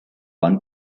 one